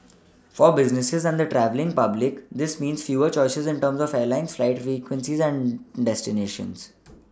for businesses and the travelling public this means fewer choices in terms of Airlines flight frequencies and destinations